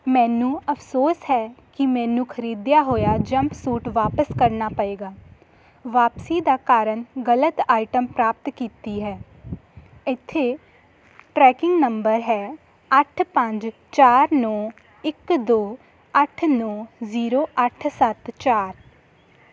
ਮੈਨੂੰ ਅਫਸੋਸ ਹੈ ਕਿ ਮੈਨੂੰ ਖਰੀਦਿਆ ਹੋਇਆ ਜੰਪਸੁਟ ਵਾਪਸ ਕਰਨਾ ਪਏਗਾ ਵਾਪਸੀ ਦਾ ਕਾਰਨ ਗਲਤ ਆਈਟਮ ਪ੍ਰਾਪਤ ਕੀਤੀ ਹੈ ਇੱਥੇ ਟ੍ਰੈਕਿੰਗ ਨੰਬਰ ਹੈ ਅੱਠ ਪੰਜ ਚਾਰ ਨੌ ਇੱਕ ਦੋ ਅੱਠ ਨੌ ਜ਼ੀਰੋ ਅੱਠ ਸੱਤ ਚਾਰ